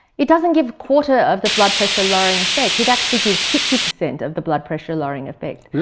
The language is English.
it doesn't give quarter of the blood pressure lowering effect, it actually gives sixty percent of the blood pressure lowering effect.